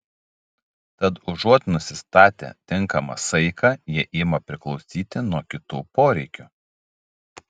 tad užuot nusistatę tinkamą saiką jie ima priklausyti nuo kitų poreikių